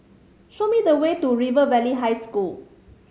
show me the way to River Valley High School